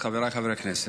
חבריי חברי הכנסת,